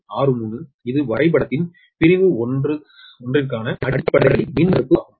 63Ω இது வரைபடத்தின் பிரிவு 1 க்கான அடிப்படை மின்மறுப்பு ஆகும்